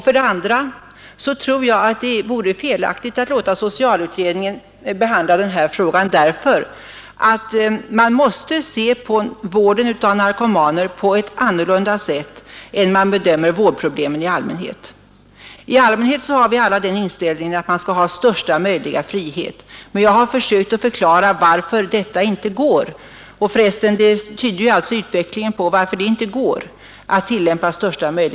För det andra tror jag det vore felaktigt att låta socialutredningen behandla frågan, eftersom man måste se och bedöma vården av narkomaner på ett annat sätt än vårdproblemen i allmänhet. Vi har i allmänhet den inställningen att största möjliga frihet skall ges vid vård åv olika slag, men jag har försökt förklara varför detta inte går när det gäller narkomanvård.